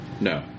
No